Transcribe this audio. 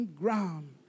ground